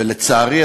ולצערי,